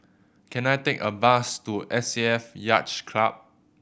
can I take a bus to S A F Yacht Club